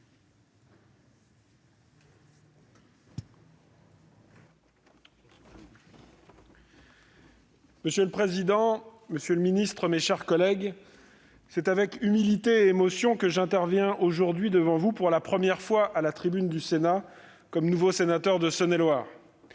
Monsieur le président, monsieur le ministre, mes chers collègues, c'est avec humilité et émotion que j'interviens pour la première fois à la tribune du Sénat, comme nouveau sénateur de Saône-et-Loire.